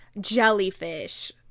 Jellyfish